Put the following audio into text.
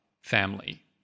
family